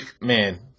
Man